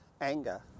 anger